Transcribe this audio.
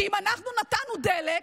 כי אם אנחנו נתנו דלק,